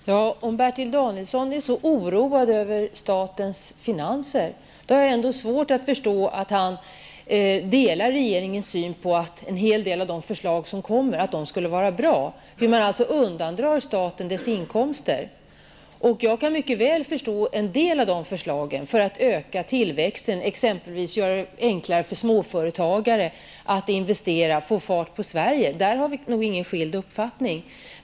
Fru talman! Om Bertil Danielsson är så oroad över statens finanser, har jag ändå svårt att förstå att han delar uppfattningen att en hel del av de förslag som kommer från regeringen och som undandrar staten inkomster skulle vara bra. Jag kan mycket väl förstå en del av de förslagen, som syftar till att öka tillväxten, exempelvis göra det enklare för småföretagare att investera och få fart på Sverige. På den punkten har vi nog inga skilda uppfattningar.